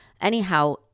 Anyhow